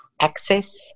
access